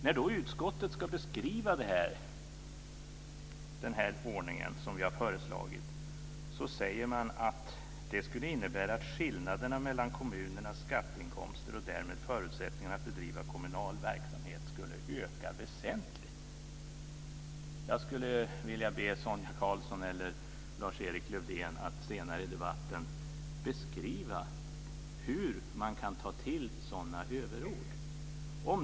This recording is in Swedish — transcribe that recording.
När då utskottet ska beskriva den ordning som vi har föreslagit säger man att det skulle innebära att skillnaderna mellan kommunernas skatteinkomster och därmed förutsättningar att bedriva kommunal verksamhet skulle öka väsentligt. Jag skulle vilja be Sonia Karlsson eller Lars-Erik Lövdén att senare i debatten beskriva hur man kan ta till sådana överord.